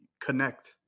connect